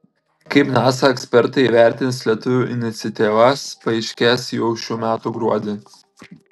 kaip nasa ekspertai įvertins lietuvių iniciatyvas paaiškės jau šių metų gruodį